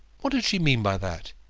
what did she mean by that?